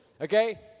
Okay